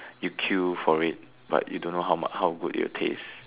you queue for it but you don't know how ma how good it'll taste